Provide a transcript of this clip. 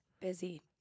Busy